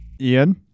Ian